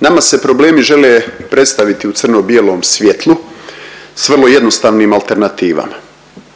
Nama se problemi žele predstaviti u crno bijelom svjetlu s vrlo jednostavnim alternativama.